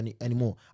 anymore